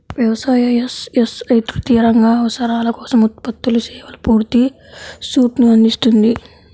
వ్యవసాయ, ఎస్.ఎస్.ఐ తృతీయ రంగ అవసరాల కోసం ఉత్పత్తులు, సేవల పూర్తి సూట్ను అందిస్తుంది